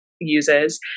uses